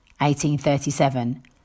1837